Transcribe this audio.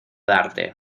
darte